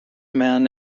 men